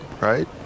right